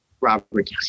Robert